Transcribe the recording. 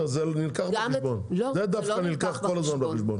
זה דווקא נלקח בחשבון.